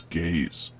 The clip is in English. gaze